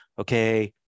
okay